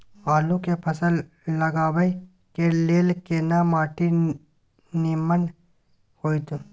आलू के फसल लगाबय के लेल केना माटी नीमन होयत?